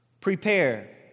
Prepare